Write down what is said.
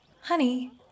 Honey